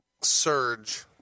Surge